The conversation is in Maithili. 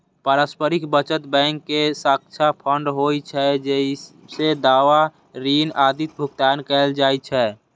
पारस्परिक बचत बैंक के साझा फंड होइ छै, जइसे दावा, ऋण आदिक भुगतान कैल जाइ छै